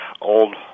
old